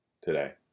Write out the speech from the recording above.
today